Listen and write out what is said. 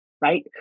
right